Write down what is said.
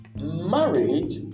marriage